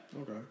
Okay